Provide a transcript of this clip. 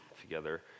together